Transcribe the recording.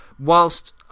Whilst